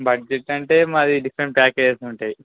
budget అంటే మాది different packages ఉంటాయి